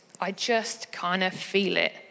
I-just-kind-of-feel-it